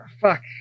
Fuck